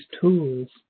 tools